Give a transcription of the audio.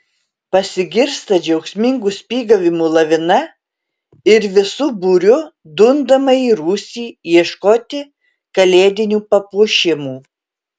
pasigirsta džiaugsmingų spygavimų lavina ir visu būriu dundama į rūsį ieškoti kalėdinių papuošimų